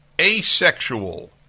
asexual